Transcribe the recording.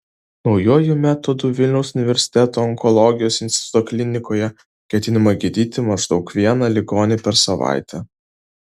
naujuoju metodu vilniaus universiteto onkologijos instituto klinikoje ketinama gydyti maždaug vieną ligonį per savaitę